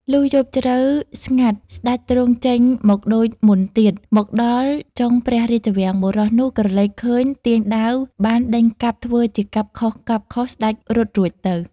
លុះយប់ជ្រៅស្ងាត់ស្តេចទ្រង់ចេញមកដូចមុនទៀត មកដល់ចុងព្រះរាជវាំង បុរសនោះក្រឡេកឃើញទាញដាវបានដេញកាប់ ធ្វើជាកាប់ខុសៗស្តេចរត់រួចទៅ ។